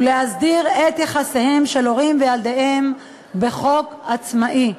ולהסדיר את יחסיהם של הורים וילדיהם בחוק עצמאי.